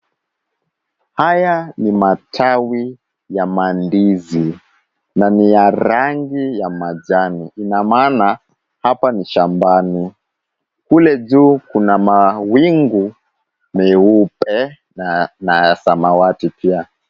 Haya ni matawi ya mandizi na ni ya rangi ya manjano ina maana hapa ni shambani. Kule juu kuna mawingu meupe na ya samawati pia.